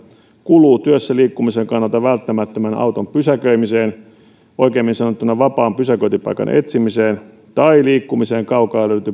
kuluu työssä liikkumisen kannalta välttämättömän auton pysäköimiseen oikeammin sanottuna vapaan pysäköintipaikan etsimiseen tai liikkumiseen kaukaa löydetyn